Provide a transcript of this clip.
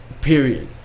period